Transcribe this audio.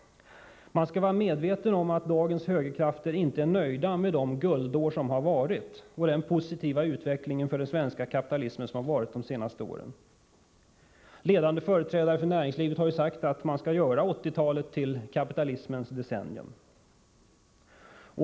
Man skall vara medveten om att dagens högerkrafter inte är nöjda med de guldår som varit och den positiva utveckling för den svenska kapitalismen som ägt rum de senaste åren. Ledande företrädare för näringslivet har ju sagt att man skall göra 1980-talet till kapitalismens decennium.